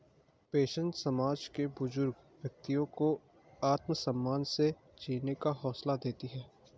pension समाज के बुजुर्ग व्यक्तियों को आत्मसम्मान से जीने का हौसला देती है